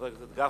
חבר הכנסת גפני.